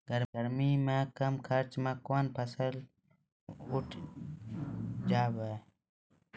गर्मी मे कम खर्च मे कौन फसल उठ जाते हैं?